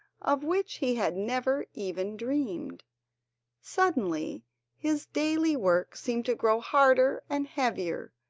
of which he had never even dreamed suddenly his daily work seemed to grow harder and heavier,